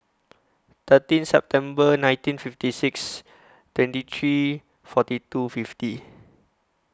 thirteen September nineteen fifty six twenty three forty two fifty